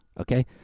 Okay